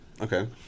Okay